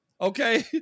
Okay